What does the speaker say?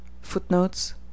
Footnotes